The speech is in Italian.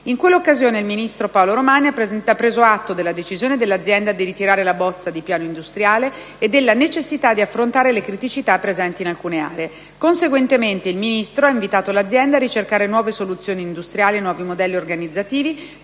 In quell'occasione il ministro Paolo Romani ha preso atto della decisione dell'azienda di ritirare la bozza di piano industriale e della necessità di affrontare le criticità presenti in alcune aree. Conseguentemente, il Ministro ha invitato l'azienda a ricercare nuove soluzioni industriali e nuovi modelli organizzativi,